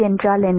என்றால் என்ன